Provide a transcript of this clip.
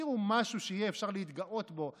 תשאירו משהו שיהיה אפשר להתגאות בו.